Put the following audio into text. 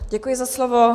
Děkuji za slovo.